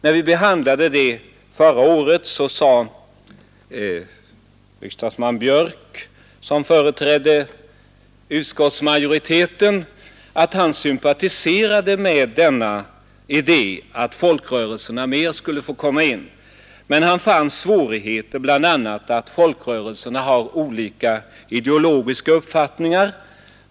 När vi behandlade det förslaget förra året, sade herr Björk i Göteborg, som företrädde utskottsmajoriteten, att han sympatiserade med idén att folkrörelserna skulle få ett större inflytande, men han fann svårigheter bl.a. däri att folkrörelserna har olika ideologiska uppfattningar.